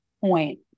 point